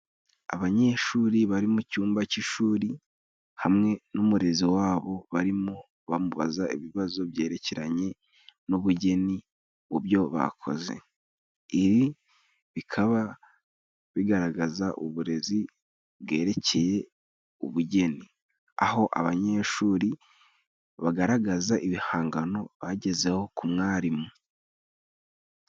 Abanyeshuri ,bari mu cyumba cy'ishuri, hamwe n'umurezi wabo barimo bamubaza ibibazo byerekeranye n'ubugeni mu byo bakoze. Ibi bikaba bigaragaza uburezi bwerekeye ubugeni ,aho abanyeshuri bagaragaza ibihangano bagezeho kumwarimu.